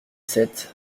sept